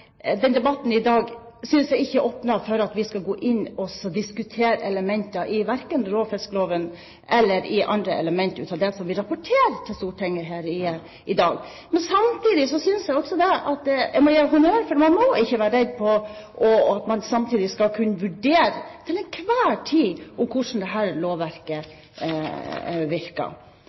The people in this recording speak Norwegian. den situasjonen vi hadde i vinter, en gang til? Jeg synes ikke at debatten i dag åpner for at vi skal gå inn og diskutere elementer i verken råfiskloven eller andre elementer av det vi rapporterer til Stortinget her i dag. Samtidig synes jeg også at en må gi honnør, for en må ikke være redd for å vurdere hvordan dette lovverket til enhver tid virker. Men å gå inn og